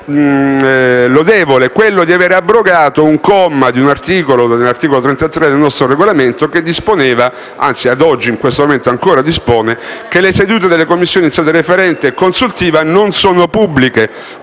lodevole, cioè quello di avere abrogato un comma di un articolo, l'articolo 33 del nostro Regolamento, che disponeva - e in questo momento ancora dispone - che le sedute delle Commissioni in sede referente e consultiva non fossero pubbliche.